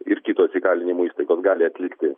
ir kitos įkalinimo įstaigos gali atlikti